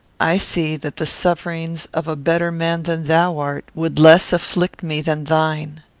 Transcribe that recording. i see that the sufferings of a better man than thou art would less afflict me than thine.